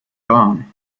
gone